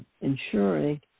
ensuring